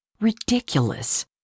Ridiculous